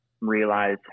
realize